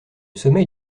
sommeil